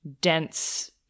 dense